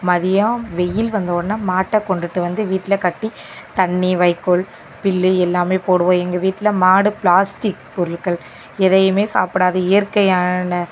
மதியம் வெயில் வந்தோடன மாட்டை கொண்டுட்டு வந்து வீட்டில் கட்டி தண்ணி வைக்கோல் புல்லு எல்லாமே போடுவோம் எங்கள் வீட்டில் மாடு ப்ளாஸ்ட்டிக் பொருள்கள் எதையுமே சாப்பிடாது இயற்கையான